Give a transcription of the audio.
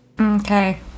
Okay